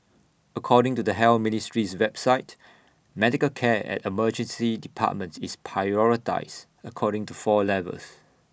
according to the health ministry's website medical care at emergency departments is prioritised according to four levels